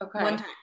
Okay